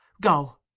go